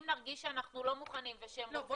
אם נרגיש שאנחנו לא מוכנים ושהם --- לא,